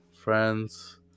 friends